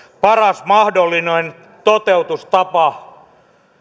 paras mahdollinen toteutustapa